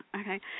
Okay